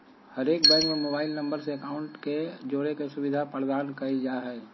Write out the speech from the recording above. हरेक बैंक में mobile number से अकाउंट के जोड़े के सुविधा प्रदान कईल जा हइ